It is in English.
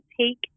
take